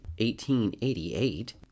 1888